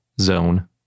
zone